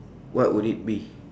what would it be